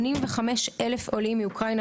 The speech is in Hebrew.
85,000 עולים מאוקראינה,